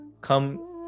come